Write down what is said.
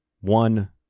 One